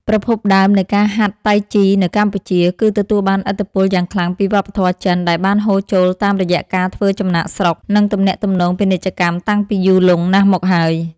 ប្រភពដើមនៃការហាត់តៃជីនៅកម្ពុជា គឺទទួលបានឥទ្ធិពលយ៉ាងខ្លាំងពីវប្បធម៌ចិនដែលបានហូរចូលតាមរយៈការធ្វើចំណាកស្រុក និងទំនាក់ទំនងពាណិជ្ជកម្មតាំងពីយូរលង់ណាស់មកហើយ។